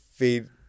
Feed